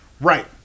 Right